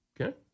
Okay